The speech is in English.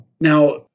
Now